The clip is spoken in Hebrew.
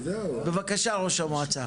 בבקשה ראש המועצה.